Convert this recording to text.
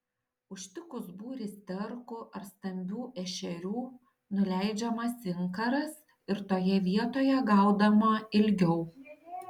užtikus būrį sterkų ar stambių ešerių nuleidžiamas inkaras ir toje vietoje gaudoma ilgiau